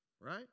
right